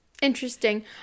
Interesting